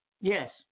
Yes